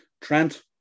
Trent